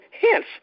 hence